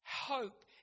hope